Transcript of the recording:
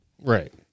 Right